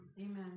Amen